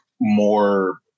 more